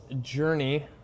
journey